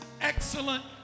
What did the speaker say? excellent